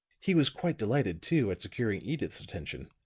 he was quite delighted, too, at securing edyth's attention.